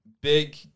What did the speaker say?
Big